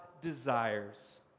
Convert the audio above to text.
desires